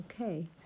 Okay